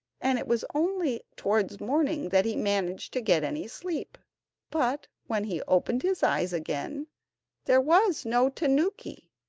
and it was only towards morning that he managed to get any sleep but when he opened his eyes again there was no tanuki,